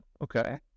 okay